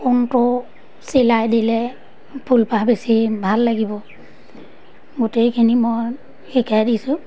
কোনটো চিলাই দিলে ফুলপাহ বেছি ভাল লাগিব গোটেইখিনি মই শিকাই দিছোঁ